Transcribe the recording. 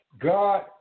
God